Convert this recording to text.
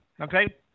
okay